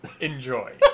Enjoy